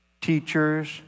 teachers